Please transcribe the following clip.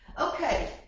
Okay